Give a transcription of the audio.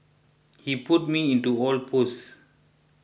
he put me into all posts